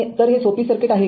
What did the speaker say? तर हे सोपे सर्किट आहे का